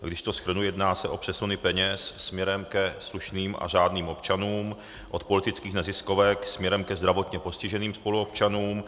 A když to shrnu, jedná se o přesuny peněz směrem ke slušným a řádným občanům, od politických neziskovek směrem ke zdravotně postiženým spoluobčanům;